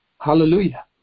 Hallelujah